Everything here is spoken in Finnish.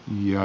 puhemies